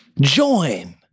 Join